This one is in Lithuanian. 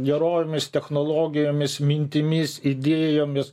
gerovėmis technologijomis mintimis idėjomis